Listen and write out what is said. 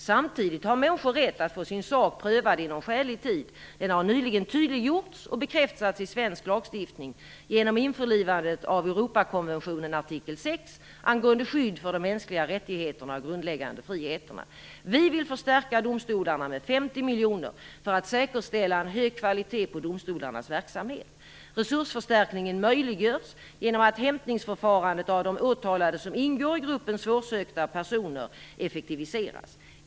Samtidigt har människors rätt att få sin sak prövad inom skälig tid nyligen tydliggjorts och bekräftats i svensk lagstiftning genom införlivandet av Vi vill förstärka domstolarna med 50 miljoner för att säkerställa en hög kvalitet på domstolarnas verksamhet. Resursförstärkningen möjliggörs genom att hämtningsförfarandet av åtalade som ingår i gruppen svårsökta personer effektiviseras.